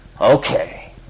okay